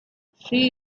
she